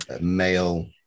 male